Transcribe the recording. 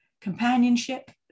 Companionship